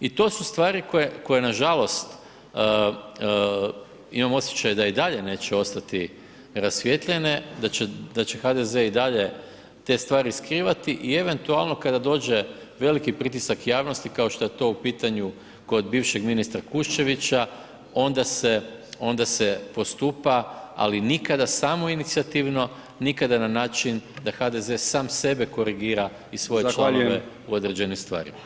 I to su stvari koje nažalost, imam osjećaj da i dalje neće ostati rasvijetljene, da će HDZ i dalje te stvari skrivati i eventualno kada dođe veliki pritisak javnosti kao šta je to u pitanju kod bivšeg ministra Kuščevića onda se postupa, ali nikada samoinicijativno, nikada na način da HDZ sam sebe korigira [[Upadica: Zahvaljujem]] i svoje članove u određenim stvarima.